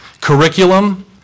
curriculum